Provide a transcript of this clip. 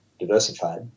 diversified